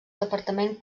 departament